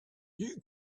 you